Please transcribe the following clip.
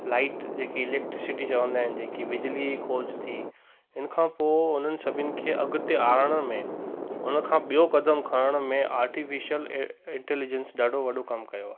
light जेकी electricity चवंदा आहिनि जेकी बिजिली खोज थी इन खां पोइ उन्हनि सभीनि खे अॻिते आणण में उन खां ॿियो कदम खणण में आर्टिफिशल इ इंटलीजंस ॾाढो वॾो कमु कयो आहे